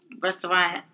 restaurant